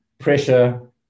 pressure